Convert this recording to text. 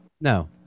No